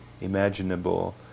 imaginable